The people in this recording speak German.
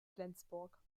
flensburg